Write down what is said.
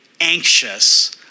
anxious